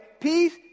peace